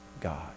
God